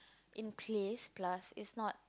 in place plus it's not